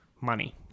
money